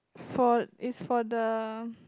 for is for the